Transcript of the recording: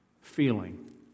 feeling